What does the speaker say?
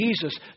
Jesus